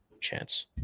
chance